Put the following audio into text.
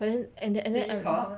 but then and and then I'm